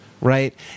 right